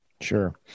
Sure